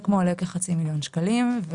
כחצי מיליון שקלים.